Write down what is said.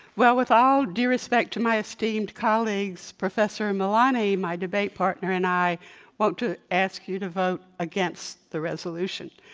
well, with all due respect to my esteemed colleagues, professor milani, my debate partner, and i want to ask you to vote against the resolution.